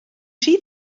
rhy